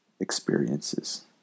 experiences